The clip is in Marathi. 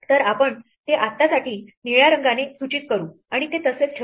तर आपण ते आत्तासाठी निळ्या रंगाने सुचित करू आणि तसेच ठेवून